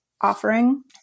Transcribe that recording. offering